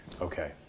Okay